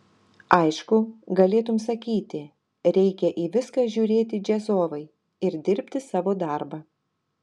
aišku galėtum sakyti reikia į viską žiūrėti džiazovai ir dirbti savo darbą